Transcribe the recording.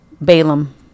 Balaam